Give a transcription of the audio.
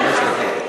חמש דקות.